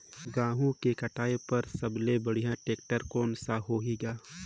गहूं के कटाई पर सबले बढ़िया टेक्टर कोन सा होही ग?